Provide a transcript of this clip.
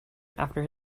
after